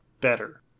better